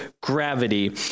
gravity